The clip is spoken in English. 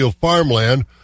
farmland